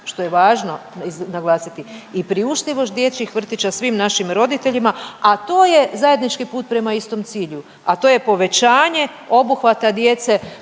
što je važno naglasiti i priuštivost dječjih vrtića svim našim roditeljima, a to je zajednički put prema istom cilju, a to je povećanje obuhvata djece